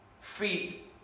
feet